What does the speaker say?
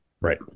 Right